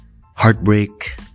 heartbreak